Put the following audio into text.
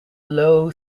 low